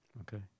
Okay